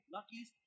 Lucky's